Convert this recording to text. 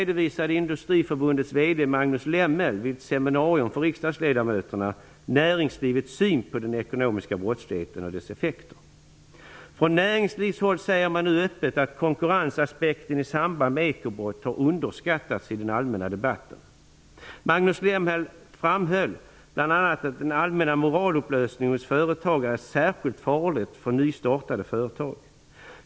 Den Magnus Lemmel, vid ett seminarium för riksdagsledamöterna, näringslivets syn på den ekonomiska brottsligheten och dess effekter. Från näringslivets håll säger man nu öppet att konkurrensaspekten i samband med ekobrott har underskattats i den allmänna debatten. Magnus Lemmel framhöll bl.a. att den allmänna moralupplösningen hos företagare är särskilt farlig för nystartade företag.